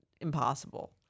impossible